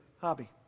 hobby